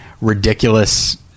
ridiculous